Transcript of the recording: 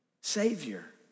Savior